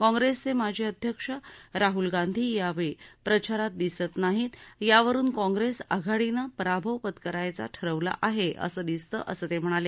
काँग्रेसचे माजी अध्यक्ष राह्ल गांधी यावेळी प्रचारात दिसत नाहीत यावरुन काँप्रेस आघाडीनं पराभव पत्करायचा ठरवलं आहे असं दिसतं असं ते म्हणाले